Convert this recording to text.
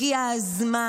הגיע הזמן.